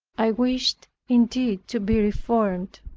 i wished indeed to be reformed,